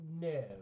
no